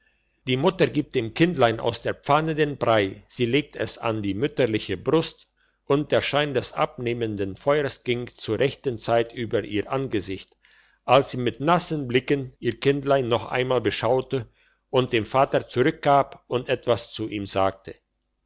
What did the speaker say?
die mutter gibt dem kindlein aus der pfanne den brei sie legt es an die mütterliche brust und der schein des abnehmenden feuers ging zur rechten zeit über ihr angesicht als sie mit nassen blicken ihr kindlein noch einmal beschaute und dem vater zurückgab und etwas zu ihm sagte